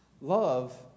Love